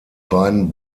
beiden